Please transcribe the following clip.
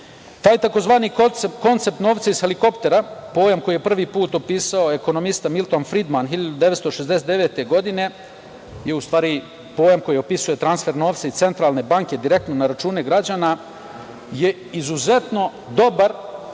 tzv. koncept „novca iz helikoptera“, pojam koji je prvi put opisao ekonomista Milton Fridman 1969. godine, u stvari pojam koji opisuje transfer novca iz centralne banke direktno na račune građana, je izuzetno dobar